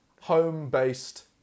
home-based